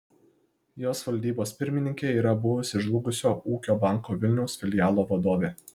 jos valdybos pirmininkė yra buvusi žlugusio ūkio banko vilniaus filialo vadovė